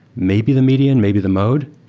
maybe the median, maybe the mode.